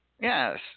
Yes